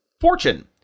fortune